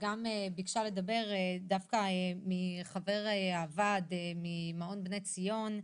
ביקשה לדבר ילנה מועד מעון בני ציון,